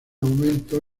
aumento